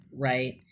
Right